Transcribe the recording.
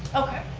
okay.